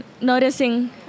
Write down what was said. noticing